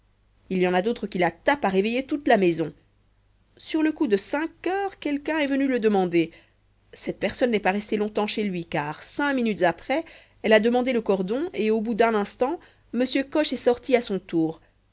il y en a d'autres qui la tapent à réveiller toute la maison sur le coup de cinq heures quelqu'un est venu le demander cette personne n'est pas restée longtemps chez lui car cinq minutes après elle a demandé le cordon et au bout d'un instant m coche est sorti à son tour